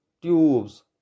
tubes